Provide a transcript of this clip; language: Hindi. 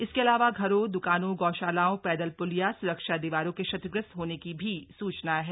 इसके अलावा घरों द्कानों गौशालाओं पैदल प्लिया स्रक्षा दीवारों के क्षतिग्रस्त होने की भी सूचना है